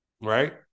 right